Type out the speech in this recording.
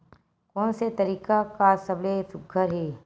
कोन से तरीका का सबले सुघ्घर हे?